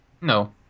No